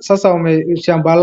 sasa shamba lao.